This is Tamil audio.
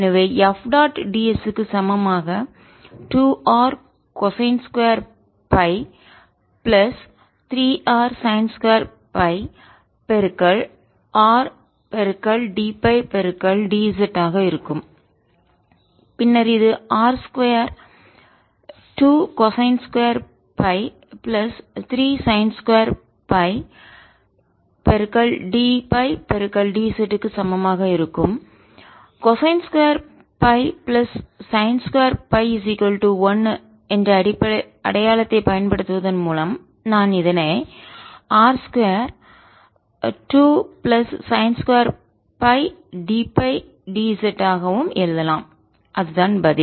எனவே F டாட் ds க்கு சமமாக 2 R cosine 2Φ plus 3 R sine 2 Φ பெருக்கல் R dΦ d z ஆக இருக்கும் பின்னர் இது R 2 2கொசைன் 2 Φ பிளஸ் 3 சைன்2 ΦdΦ d z க்கு சமமாக இருக்கும் கொசைன் 2 Φ பிளஸ் சைன் 2 Φ 1 என்ற அடையாளத்தைப் பயன்படுத்துவதன் மூலம் நான் இதனை R 22 plus sine 2 Φ dΦ d z ஆக கவும் எழுதலாம் அதுதான் பதில்